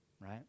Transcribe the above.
right